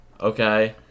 okay